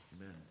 Amen